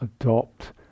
adopt